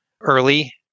early